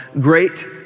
Great